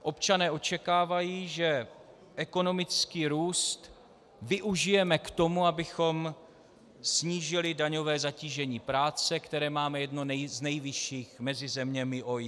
Občané očekávají, že ekonomický růst využijeme k tomu, abychom snížili daňové zatížení práce, které máme jedno z nejvyšších mezi zeměmi OECD.